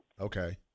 okay